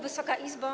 Wysoka Izbo!